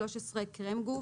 (13)קרם גוף,